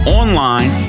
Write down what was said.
online